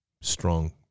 strong